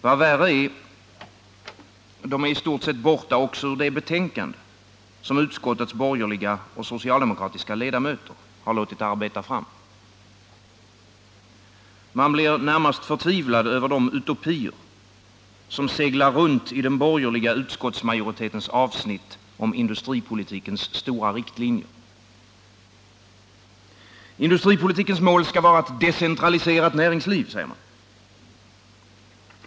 Vad värre är: de är i stort sett borta också ur det betänkande som utskottets borgerliga och socialdemokratiska ledamöter har låtit arbeta fram. Man blir närmast förtvivlad över de utopier som seglar runt i den borgerliga utskottsmajoritetens avsnitt om industripolitikens stora riktlinjer. Industripolitikens mål skall vara ett decentraliserat näringsliv, säger man.